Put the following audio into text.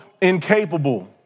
incapable